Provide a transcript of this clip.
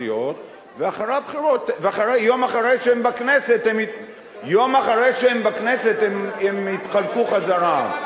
סיעות ויום אחרי שהן בכנסת הן יתחלקו חזרה.